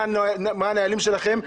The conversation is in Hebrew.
מה הנהלים שלכם,